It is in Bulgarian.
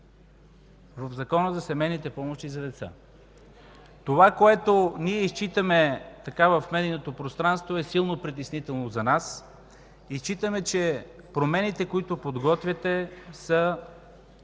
в Закона за семейните помощи за деца. Това, което изчитаме в медийното пространство, е силно притеснително за нас. Смятаме, че промените, които подготвяте, са